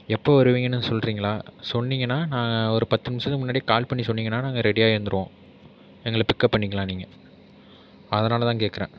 எப்போ வருவீங்கனு சொல்கிறிங்களா சொன்னீங்கன்னா நான் ஒரு பத்து நிமிடத்துக்கு முன்னாடியே கால் பண்ணி சொன்னீங்கன்னா நாங்கள் ரெடி ஆகி வந்துருவோம் எங்களை பிக்கப் பண்ணிக்கலாம் நீங்கள் அதனால்தான் கேட்கறேன்